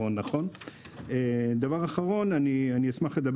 אני אשמח לדבר אתכם על עוד דבר שאנחנו עושים גם יפה מאוד,